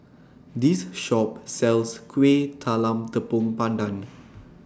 This Shop sells Kueh Talam Tepong Pandan